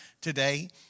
today